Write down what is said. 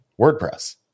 WordPress